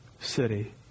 city